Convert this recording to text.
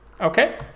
Okay